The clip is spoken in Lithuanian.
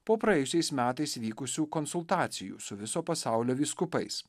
po praėjusiais metais vykusių konsultacijų su viso pasaulio vyskupais